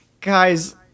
guys